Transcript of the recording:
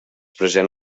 present